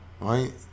Right